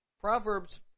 Proverbs